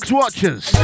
watchers